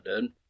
dude